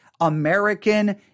American